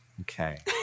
Okay